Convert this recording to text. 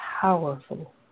powerful